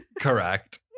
correct